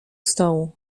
stołu